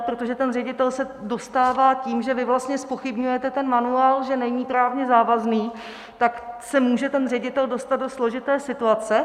Protože ten ředitel se dostává tím, že vy vlastně zpochybňujete ten manuál, že není právně závazný, tak se může ten ředitel dostat do složité situace.